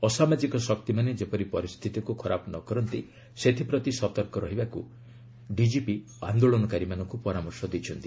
ଅସାମାଜିକ ଶକ୍ତିମାନେ ଯେପରି ପରିସ୍ଥିତିକୁ ଖରାପ ନ କରନ୍ତି ସେଥିପ୍ରତି ସତର୍କ ରହିବାକୁ ଡିଜିପି ଆନ୍ଦୋଳନକାରୀମାନଙ୍କୁ ପରାମର୍ଶ ଦେଇଛନ୍ତି